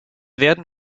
werden